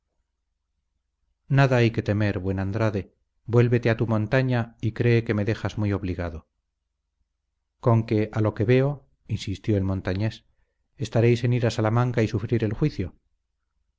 nada hay que temer buen andrade vuélvete a tu montaña y cree que me dejas muy obligado conque a lo que veo insistió el montañés estáis en ir a salamanca y sufrir el juicio